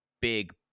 big